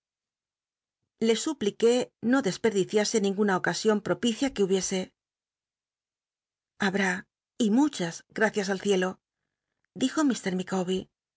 le supliqué no desperdiciase ninguna ocasion pr'opicia que bubiesc halmi r muchas gracias al ciclo dijo